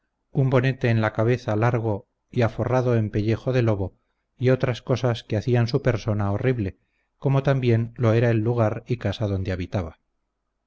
bonete en la cabeza largo y aforrado en pellejo de lobo y otras cosas que hacían su persona horrible como también lo era el lugar y casa donde habitaba